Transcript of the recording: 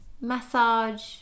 Massage